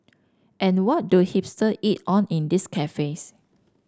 and what do hipster eat on in these cafes